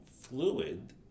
fluid